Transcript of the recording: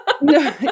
No